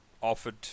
offered